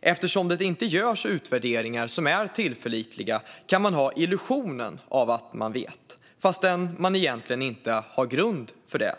Eftersom det inte görs utvärderingar som är tillförlitliga kan man ha illusionen av att man vet, fastän man egentligen inte har grund för det."